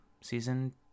season